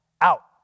out